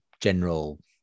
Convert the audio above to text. general